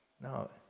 No